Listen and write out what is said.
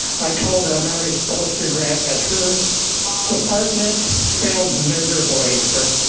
i told mary bolster grant that her department failed miserably for.